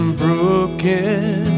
broken